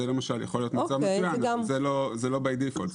זה מצב מצוין, אבל זה לא אוטומטי.